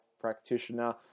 practitioner